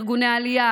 ארגוני העלייה,